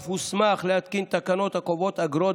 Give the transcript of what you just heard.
השר אף הוסמך להתקין תקנות הקובעות אגרות